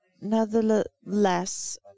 Nevertheless